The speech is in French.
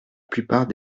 plupart